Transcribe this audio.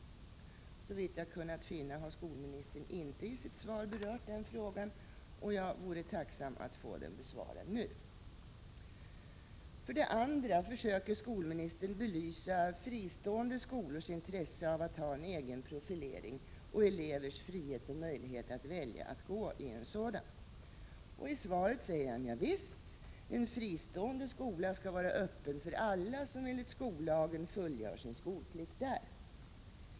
Såvitt jag kunnat finna har skolministern inte i sitt svar berört den frågan. Jag vore tacksam att få den besvarad nu. För det andra försöker skolministern belysa fristående skolors intresse av att ha en egen profilering och elevers frihet och möjlighet att välja att gå i en fristående skola. I svaret säger han: Ja visst, en fristående skola skall vara öppen för alla som enligt skollagen fullgör sin skolplikt där.